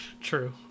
True